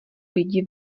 lidi